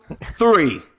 three